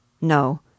No